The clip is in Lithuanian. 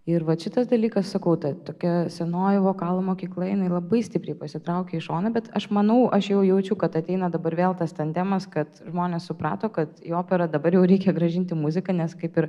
ir vat šitas dalykas sakau ta tokia senoji vokalo mokykla jinai labai stipriai pasitraukė į šoną bet aš manau aš jau jaučiu kad ateina dabar vėl tas tandemas kad žmonės suprato kad į operą dabar jau reikia grąžinti muziką nes kaip ir